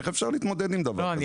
איך אפשר להתמודד עם דבר כזה,